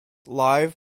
live